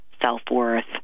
self-worth